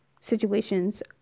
situations